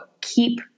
keep